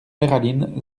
peyralines